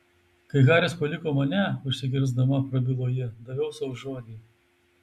kai haris paliko mane užsikirsdama prabilo ji daviau sau žodį